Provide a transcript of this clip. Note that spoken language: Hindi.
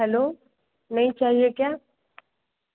हेलो नहीं चाहिए क्या